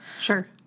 Sure